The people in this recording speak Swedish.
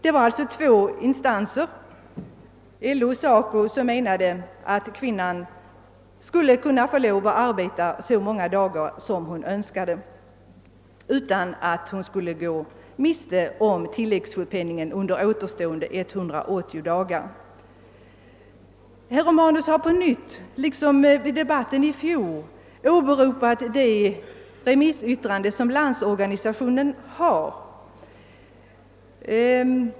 Det är alltså bara två instanser, LO och SACO, som menade att kvinnan skulle kunna få arbeta så många dagar hon önskade utan att hon skulle gå miste om tilläggssjukpenningen under återstående delen av de 180 dagarna. Herr Romanus har på nytt, liksom under debatten i fjol, åberopat LO:s remissyttrande.